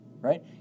right